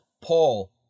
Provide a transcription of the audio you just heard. Paul